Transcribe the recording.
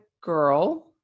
girl